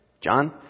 John